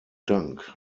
dank